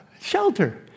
shelter